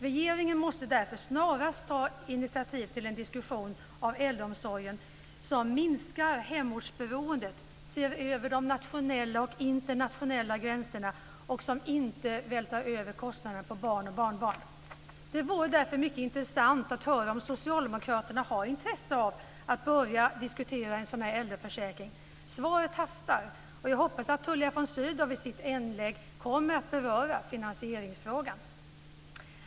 Regeringen måste därför snarast ta initiativ till en diskussion om äldreomsorgen så att man minskar hemortsberoendet, ser över de nationella och internationella gränserna och inte vältrar över kostnaderna på barn och barnbarn. Det vore därför mycket intressant att höra om socialdemokraterna har intresse av att börja diskutera en sådan äldreförsäkring. Svaret hastar, och jag hoppas Tullia von Sydow i sitt inlägg kommer att beröra finansieringsfrågan.